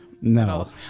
No